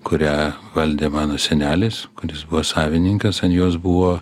kurią valdė mano senelis kuris buvo savininkas ant jos buvo